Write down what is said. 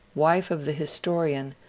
wife of the historian,